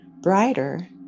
brighter